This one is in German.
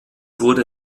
wurde